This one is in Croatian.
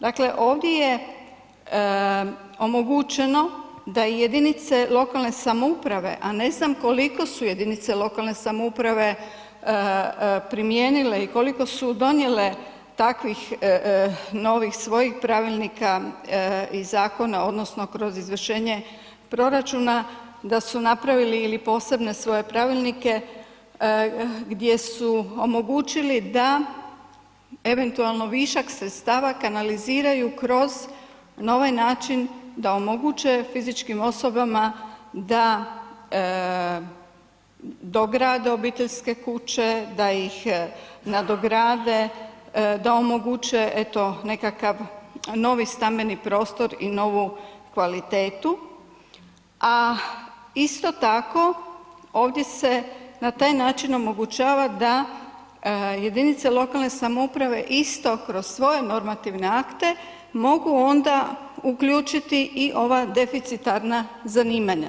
Dakle, ovdje je omogućeno da jedinice lokalne samouprave a ne znam koliko su jedinice lokalne samouprave primijenile i koliko su donijele takvih novih svojih pravilnika i zakona odnosno kroz izvršenje proračuna, da su napravili ili posebne svoje pravilnike gdje su omogućili da eventualno višak sredstava kanaliziraju kroz na ovaj način da omoguće fizičkim osobama da dograde obiteljske kuće, da ih nadograde, da omoguće eto nekakav novi stambeni prostor i novu kvalitetu a isto tako ovdje se na taj način omogućava da jedinice lokalne samouprave isto kroz svoje normativne akte, mogu onda uključiti i ova deficitarna zanimanja.